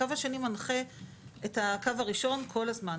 הקו השני מנחה את הקו הראשון כל הזמן.